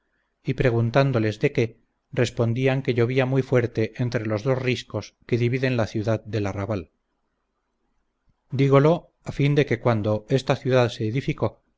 y preguntándoles de qué respondían que llovía muy bien entre los dos riscos que dividen la ciudad del arrabal dígolo a fin de que cuando esta ciudad se